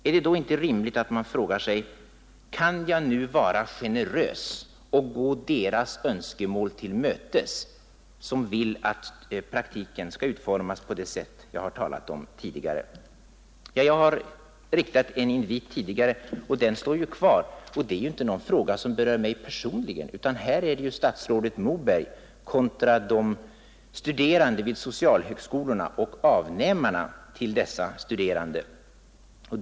Är det då inte rimligt, statsrådet Moberg, att fråga sig: Kan jag vara generös och gå deras önskemål till mötes som vill att praktiken skall utformas på det sätt jag tidigare tolkat riksdagens beslut på? Jag har förut riktat en invit, och den står ju kvar. Detta är inte en fråga som berör mig personligen. Här är det statsrådet Moberg kontra de studerande vid socialhögskolorna och deras avnämare.